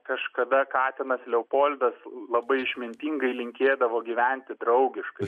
kažkada katinas leopoldas labai išmintingai linkėdavo gyventi draugiškai